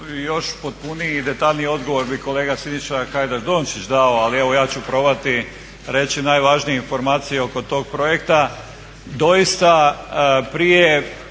još potpuniji i detaljniji odgovor bi kolega Siniša Hajdaš Dončić dao, ali ja ću probati reći najvažnije informacije oko tog projekta.